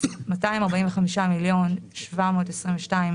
245.722 מיליון שקלים.